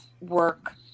work